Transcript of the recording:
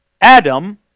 Adam